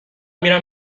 میرم